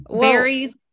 berries